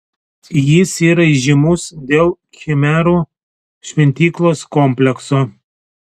jis yra įžymus dėl khmerų šventyklos komplekso